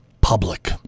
public